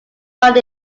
found